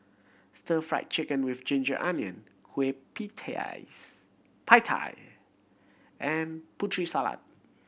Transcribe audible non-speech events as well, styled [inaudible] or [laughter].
Stir Fry Chicken with ginger onion kueh [unintelligible] pie tee and Putri Salad